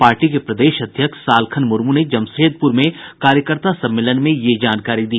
party के प्रदेश अध्यक्ष सालखन मुर्मू ने जमशेदपुर में कार्यकर्ता सम्मेलन में यह जानकारी दी